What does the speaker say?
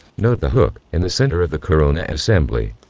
note the hook in the center of the corona assembly.